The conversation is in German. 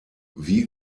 wie